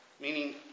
meaning